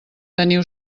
teniu